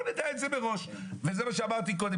בואו נדע את זה מראש, וזה מה שאמרתי קודם.